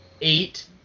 Eight